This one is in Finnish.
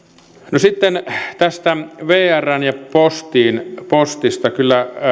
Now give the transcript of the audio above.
no sitten tästä vrstä ja postista kyllä